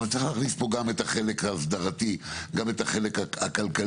אבל צריך להכניס פה גם את החלק האסדרתי וגם את החלק הכלכלי.